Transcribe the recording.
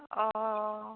ᱚ